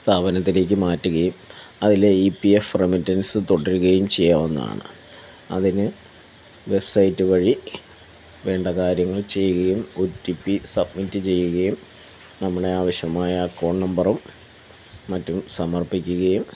സ്ഥാപനത്തിലേക്ക് മാറ്റുകയും അതിലെ സ്ഥാപനത്തിലേക്ക് മാറ്റുകയും അതിലെ ഇ പി എഫ് റെമിറ്റൻസ് തുടരുകയും ചെയ്യാവുന്നതാണ് അതിന് വെബ്സൈറ്റ് വഴി വേണ്ട കാര്യങ്ങൾ ചെയ്യുകയും ഒ റ്റി പി സബ്മിറ്റ് ചെയ്യുകയും നമ്മുടെ ആവശ്യമായ അക്കൗണ്ട് നമ്പറും മറ്റും സമർപ്പിക്കുകയും ഇ പി എഫ് റെമിറ്റൻസ് തുടരുകയും ചെയ്യാവുന്നതാണ് അതിന് വെബ്സൈറ്റ് വഴി വേണ്ട കാര്യങ്ങൾ ചെയ്യുകയും ഒ റ്റി പി സബ്മിറ്റ് ചെയ്യുകയും നമ്മുടെ ആവശ്യമായ അക്കൗണ്ട് നമ്പറും മറ്റും സമർപ്പിക്ക്കയും